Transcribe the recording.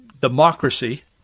democracy